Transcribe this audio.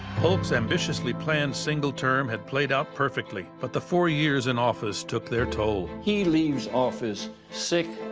polk's ambitiously planned single term had played out perfectly, but the four years in office took their toll. he leaves office sick,